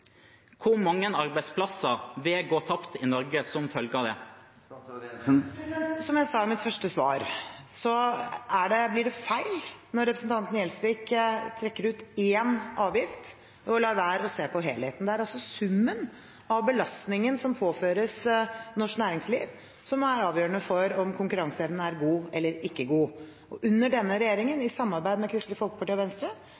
som følge av det? Som jeg sa i mitt første svar, blir det feil når representanten Gjelsvik trekker ut én avgift og lar være å se på helheten. Det er altså summen av belastningen som påføres norsk næringsliv, som er avgjørende for om konkurranseevnen er god eller ikke god. Under denne